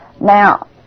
Now